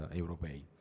europei